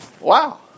Wow